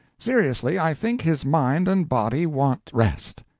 seriously, i think his mind and body want rest.